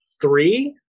three